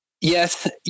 Yes